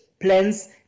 plans